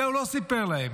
את זה הוא לא סיפר להם.